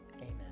amen